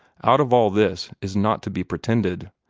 out of all this is not to be pretended.